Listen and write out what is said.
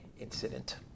incident